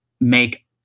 make